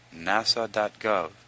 nasa.gov